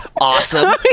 Awesome